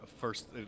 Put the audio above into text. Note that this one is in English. first